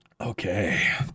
Okay